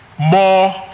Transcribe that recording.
more